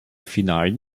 finalen